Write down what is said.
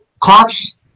cops